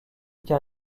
car